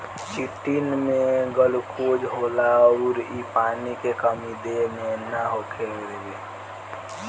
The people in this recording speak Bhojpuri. चिटिन में गुलकोज होला अउर इ पानी के कमी देह मे ना होखे देवे